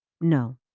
no